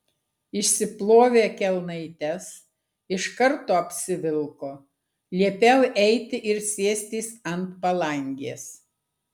išsiplovė kelnaites iš karto apsivilko liepiau eiti ir sėstis ant palangės